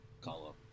call-up